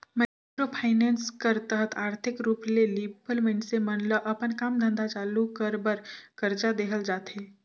micro finance कर तहत आरथिक रूप ले लिबल मइनसे मन ल अपन काम धंधा चालू कर बर करजा देहल जाथे